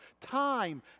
time